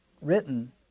written